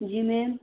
जी ma'am